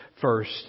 first